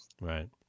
right